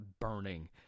burning